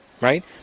right